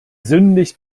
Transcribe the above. sündigt